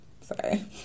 Sorry